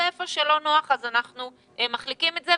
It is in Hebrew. ואיפה שלא נוח אנחנו 'מחליקים' את זה,